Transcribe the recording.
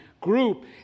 group